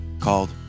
called